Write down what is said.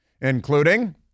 including